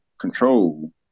control